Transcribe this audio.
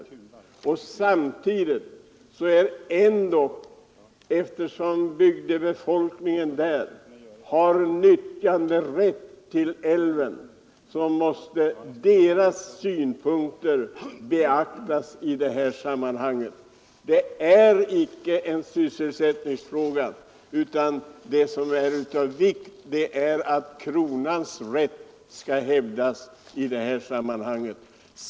Eftersom bygdebefolkningen har nyttjanderätt till älven, måste samtidigt dess synpunkter beaktas. Detta är icke en sysselsättningsfråga, utan det som är av vikt är att kronans rätt skall hävdas i detta sammanhang.